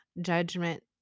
judgment